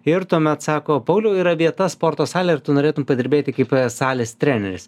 ir tuomet sako pauliau yra vieta sporto salėj ar tu norėtum padirbėti kaip salės treneris